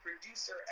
producer